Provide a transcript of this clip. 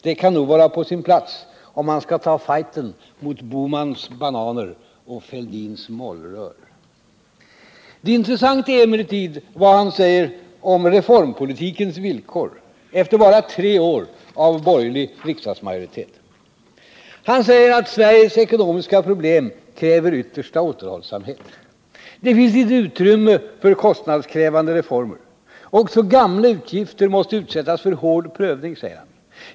Det kan nog vara på sin plats, om man skall ta upp fighten mot Bohmans bananer och Fälldins mållrör. Det intressanta är emellertid vad han säger om reformpolitikens villkor efter bara tre år av borgerlig riksdagsmajoritet. Han säger att Sveriges ekonomiska problem kräver den yttersta återhållsamhet. Det finns inte utrymme för kostnadskrävande reformer. Också gamla utgifter måste utsättas för hård prövning, säger han.